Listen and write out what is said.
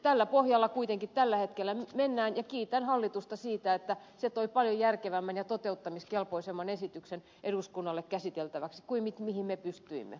tällä pohjalla kuitenkin tällä hetkellä mennään ja kiitän hallitusta siitä että se toi paljon järkevämmän ja toteuttamiskelpoisemman esityksen eduskunnalle käsiteltäväksi kuin mihin me pystyimme